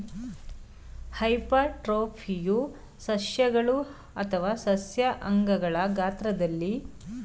ಹೈಪರ್ಟ್ರೋಫಿಯು ಸಸ್ಯಗಳು ಅಥವಾ ಸಸ್ಯ ಅಂಗಗಳ ಗಾತ್ರದಲ್ಲಿ ಅತಿಯಾದ ಬೆಳವಣಿಗೆಗೆ ಕಾರಣವಾಗ್ತದೆ